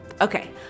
Okay